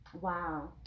wow